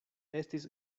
estis